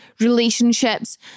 relationships